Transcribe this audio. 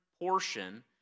portion